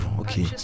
okay